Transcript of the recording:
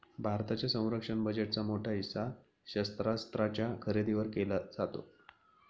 भारताच्या संरक्षण बजेटचा मोठा हिस्सा शस्त्रास्त्रांच्या खरेदीवर जातो